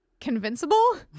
convincible